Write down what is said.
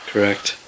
Correct